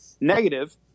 negative